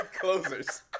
closers